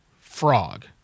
frog